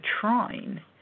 trine